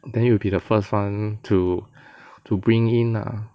then you will be the first [one] to to bring in lah